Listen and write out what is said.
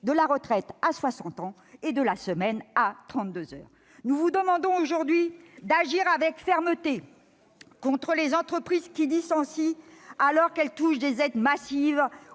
de la retraite à 60 ans et de la semaine de 32 heures. C'est beaucoup ! Nous vous demandons dès aujourd'hui d'agir avec fermeté contre les entreprises qui licencient, alors qu'elles touchent des aides massives